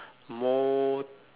mode